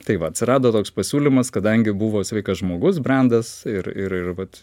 tai va atsirado toks pasiūlymas kadangi buvo sveikas žmogus brendas ir ir ir vat